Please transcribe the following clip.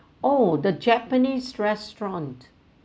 oh the japanese restaurant